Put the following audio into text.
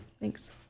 Thanks